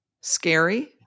Scary